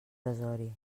desori